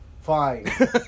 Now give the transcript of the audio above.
Fine